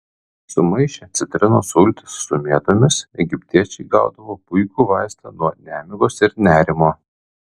sumaišę citrinos sultis su mėtomis egiptiečiai gaudavo puikų vaistą nuo nemigos ir nerimo